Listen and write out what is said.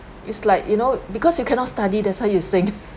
it's like you know because you cannot study that's why you sing